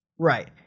Right